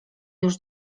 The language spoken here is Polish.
już